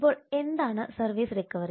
ഇപ്പോൾ എന്താണ് services recovery